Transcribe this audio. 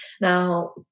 now